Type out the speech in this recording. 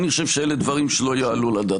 אני חושב שאלה דברים שלא יעלו על הדעת.